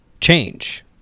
change